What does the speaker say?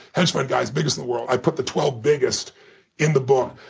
hedge fund guys, biggest in the world i put the twelve biggest in the book.